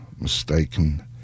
mistaken